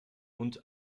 und